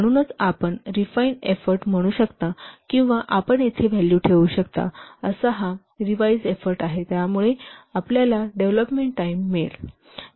म्हणूनच आपण refine effort म्हणू शकता किंवा आपण येथे व्हॅल्यू ठेवू शकता असा हा रिव्हाईस एफोर्ट आहे यामुळे आपल्याला डेव्हलोपमेंट टाईम मिळेल